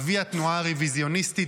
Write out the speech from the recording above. אבי התנועה הרוויזיוניסטית,